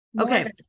Okay